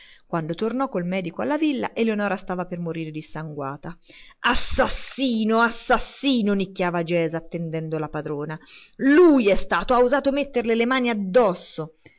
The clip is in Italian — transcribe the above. quando tornò col medico alla villa eleonora stava per morire dissanguata assassino assassino nicchiava gesa attendendo alla padrona lui è stato ha osato di metterle le mani addosso